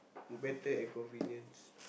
better and convenience